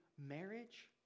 Marriage